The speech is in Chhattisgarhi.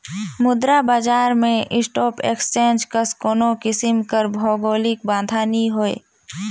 मुद्रा बजार में स्टाक एक्सचेंज कस कोनो किसिम कर भौगौलिक बांधा नी होए